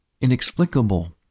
inexplicable